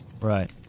Right